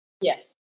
Yes